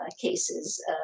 cases